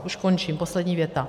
Už končím, poslední věta.